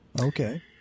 Okay